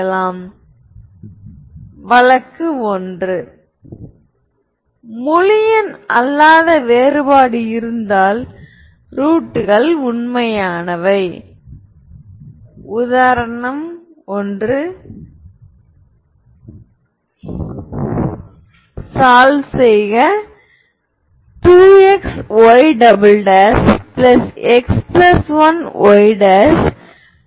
நாம் ஒரு பூஜ்யம் அல்லாத V ஆனது 'λ என்ற ஐகென் மதிப்புடன் தொடர்புடைய ஐகென் வெக்டர் இப்போது கருதுவது V காம்ப்ளெக்ஸ் ஐகென் வெக்டர் ஆகும்